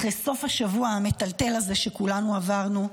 אחרי סוף השבוע המטלטל הזה שכולנו עברנו,